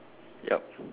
yup